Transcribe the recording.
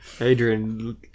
Adrian